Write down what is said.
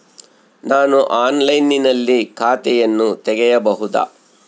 ನಾನು ಆನ್ಲೈನಿನಲ್ಲಿ ಖಾತೆಯನ್ನ ತೆಗೆಯಬಹುದಾ?